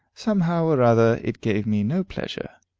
somehow or other it gave me no pleasure,